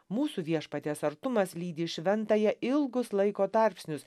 mūsų viešpaties artumas lydi šventąją ilgus laiko tarpsnius